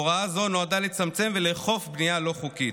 הוראה זו נועדה לצמצם ולאכוף בנייה לא חוקית.